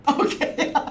Okay